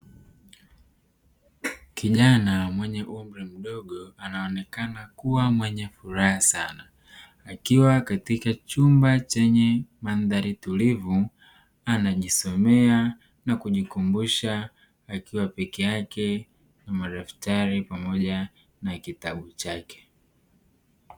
Kijana mwenye umri mdogo anaonekana kuwa mwenye furaha sana, akiwa katika chumba chenye mandhari tulivu, anajisomea na kujikumbusha akiwa peke yake na madaftari pamoja na kitabu chake.